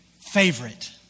favorite